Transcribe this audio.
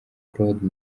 claude